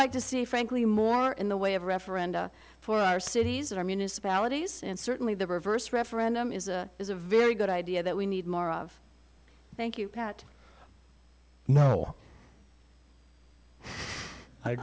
like to see frankly more in the way of referenda for our cities or municipalities and certainly the reverse referendum is a is a very good idea that we need more of thank you pat no i